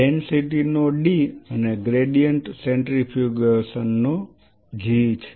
density નો D અને gradient centrifugation નો G છે